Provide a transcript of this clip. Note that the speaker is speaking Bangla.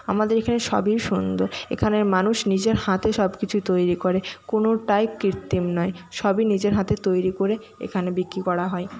আমাদের এখানে সবই সুন্দর এখানের মানুষ নিজের হাতে সবকিছু তৈরি করে কোনটাই কৃত্রিম নয় সবই নিজের হাতে তৈরি করে এখানে বিক্রি করা হয়